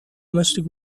domestic